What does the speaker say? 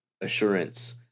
assurance